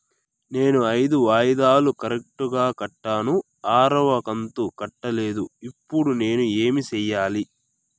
నేను ఐదు వాయిదాలు కరెక్టు గా కట్టాను, ఆరవ కంతు కట్టలేదు, ఇప్పుడు నేను ఏమి సెయ్యాలి?